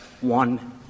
one